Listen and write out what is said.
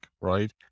right